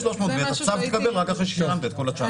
300 ואת הצו תקבל רק אחרי ששילמת את כל ה-900.